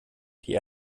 die